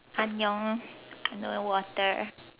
Annyeong I don't need water